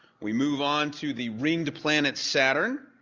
we move on to the ringed planet, saturn,